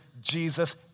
Jesus